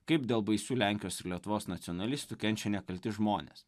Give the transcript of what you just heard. kaip dėl baisių lenkijos ir lietuvos nacionalistų kenčia nekalti žmonės